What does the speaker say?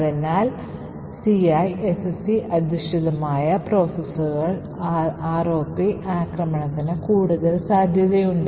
അതിനാൽ CISC അധിഷ്ഠിത പ്രോസസ്സറുകൾ ROP ആക്രമണത്തിന് കൂടുതൽ സാധ്യതയുണ്ട്